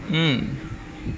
mm